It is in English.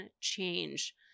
change